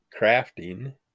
crafting